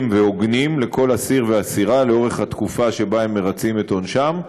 והוגנים לכל אסיר ואסירה בתקופה שבה הם מרצים את עונשם,